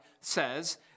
says